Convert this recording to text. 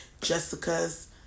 Jessica's